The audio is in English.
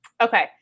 Okay